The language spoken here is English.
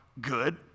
good